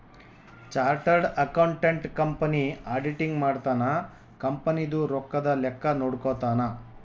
chartered accountant company auditing ಮಾಡ್ತನ company ದು ರೊಕ್ಕದ ಲೆಕ್ಕ ನೋಡ್ಕೊತಾನ